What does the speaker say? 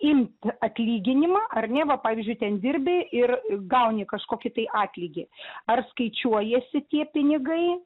imt atlyginimą ar ne va pavyzdžiui ten dirbi ir gauni kažkokį tai atlygį ar skaičiuojasi tie pinigai